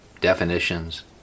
definitions